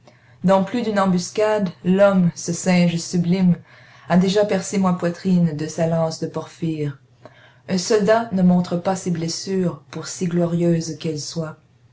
dans plus d'une embuscade l'homme ce singe sublime a déjà percé ma poitrine de sa lance de porphyre un soldat ne montre pas ses blessures pour si glorieuses qu'elles soient